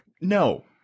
no